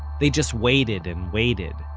they just waited and waited.